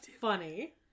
funny